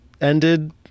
ended